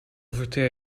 verteer